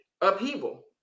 upheaval